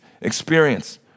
experience